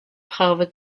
harvard